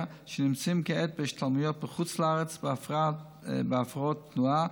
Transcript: שנמצאים כעת בהשתלמויות בחו"ל בהפרעות תנועה,